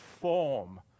form